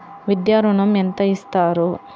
విద్యా ఋణం ఎంత ఇస్తారు?